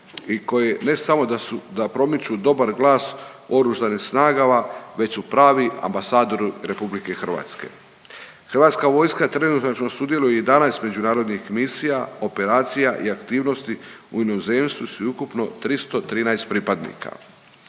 i koji ne samo da su, da promiču dobar glas o Oružanim snagama, već su pravi ambasador RH. Hrvatska vojska trenutačno sudjeluje u 11 međunarodnih misija, operacija i aktivnosti u inozemstvu s ukupno 313 pripadnika.